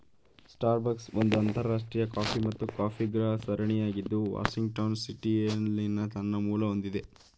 Starbucks ಒಂದು ಅಂತರರಾಷ್ಟ್ರೀಯ coffee ಮತ್ತು ಕಾಫಿಗೃಹ ಸರಣಿಯಾಗಿದ್ದು ವಾಷಿಂಗ್ಟನ್ನ ಸಿಯಾಟಲ್ನಲ್ಲಿ ತನ್ನ ಮೂಲ ಹೊಂದಿದೆ